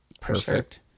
perfect